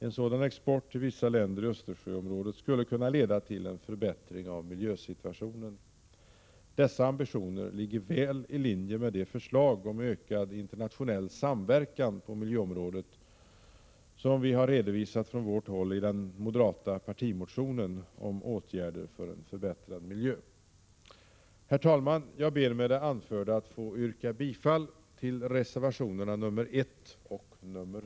En sådan export till vissa länder i Östersjöområdet skulle kunna leda till en förbättring av miljösituationen. Dessa ambitioner ligger väl i linje med de förslag om ökad internationell samverkan på miljöområdet som vi redovisat från vårt håll i den moderata partimotionen om åtgärder för en förbättrad miljö. Herr talman! Jag ber att med det anförda få yrka bifall till reservationerna 1 och 3.